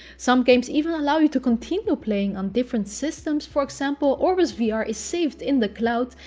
some games even allow you to continue playing on different systems. for example, orbusvr is saved in the cloud,